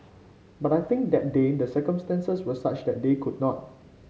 but I think that day the circumstances were such that they could not